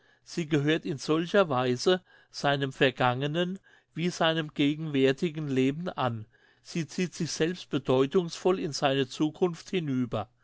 sie gehört in solcher weise seinem vergangenen wie seinem gegenwärtigen leben an sie zieht sich selbst bedeutungsvoll in seine zukunft hinüber